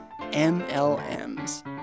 MLMs